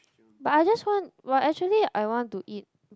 but I just want but actually I want to eat